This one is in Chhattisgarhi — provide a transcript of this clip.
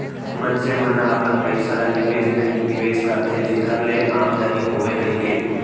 मनसे मन ह अपन पइसा ल निवेस बेंक निवेस करथे जेखर ले आमदानी होवय कहिके